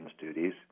duties